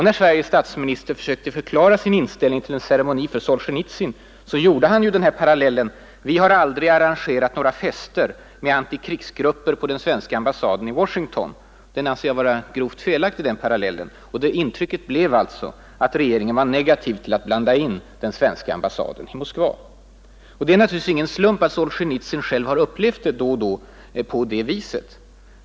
När Sveriges statsminister sökte förklara sin inställning till en ceremoni för Solzjenitsyn drog han följande parallell: ”Vi har aldrig arrangerat några fester med antikrigsgrupper på den svenska ambassaden i Washington.” Jag anser att den parallellen är grovt felaktig. Intrycket blev alltså att regeringen var negativ till att blanda in den svenska ambassaden i Moskva. Och det är naturligtvis ingen slump att Solzjenitsyn själv har upplevt saken på det sättet.